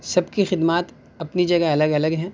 سب کی خدمات اپنی جگہ الگ الگ ہے